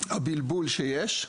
בבלבול שיש,